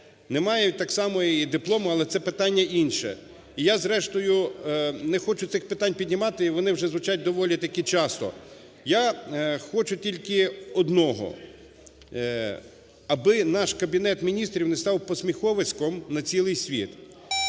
Немає так само і диплома, але це питання інше. І я, зрештою, не хочу цих питань підіймати, вони вже звучать доволі таки часто. Я хочу тільки одного: аби наш Кабінет Міністрів не став посміховиськом на цілий світ.